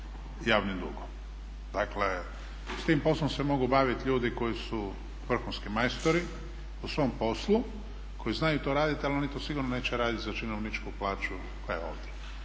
javnim dugom. Dakle s tim poslom se mogu bavit ljudi koji su vrhunski majstori u svom poslu, koji znaju to radit ali to sigurno neće radit za činovničku plaću koja je ovdje.